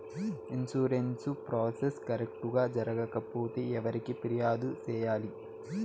insurance process correct గా జరగకపోతే ఎవరికి ఫిర్యాదు సేయాలి